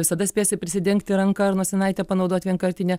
visada spėsi prisidengti ranka ar nosinaitę panaudot vienkartinę